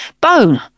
bone